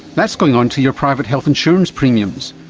that's going on to your private health insurance premiums,